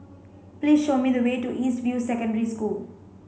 please show me the way to East View Secondary School